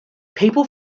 people